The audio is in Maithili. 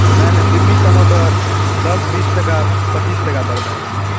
नहि नहि दिल्लीसबमे तऽ दस बीस टका पचीस टका बड़ भऽ गेलै